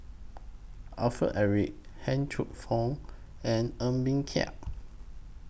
Alfred Eric Han Took and Ng Bee Kia